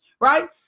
right